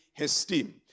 esteem